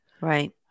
Right